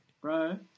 Bro